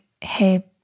Hey